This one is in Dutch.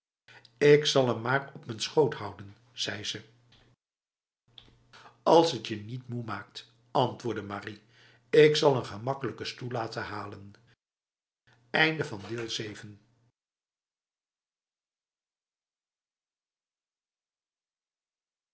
ik zal hem maar op m'n schoot houden zei ze als het je niet te moe maakt antwoordde marie ik zal n makkelijke stoel laten halen